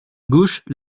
gauche